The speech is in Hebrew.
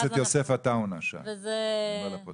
לגבי החברה